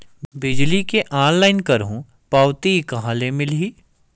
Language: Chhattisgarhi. बिजली के ऑनलाइन करहु पावती कहां ले मिलही?